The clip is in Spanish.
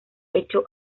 hecho